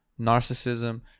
narcissism